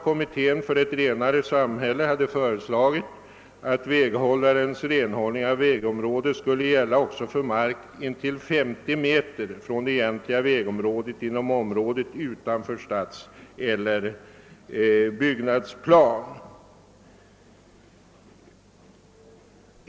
Kommittén för ett renare samhälle hade föreslagit att väghållarens renhållning av vägområde också skulle gälla för mark intill 50 m från det egentliga vägområdet inom området utanför stadseller byggnadsplan.